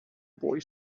boy